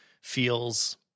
feels